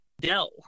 Dell